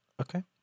Okay